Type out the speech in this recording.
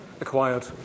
acquired